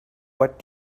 what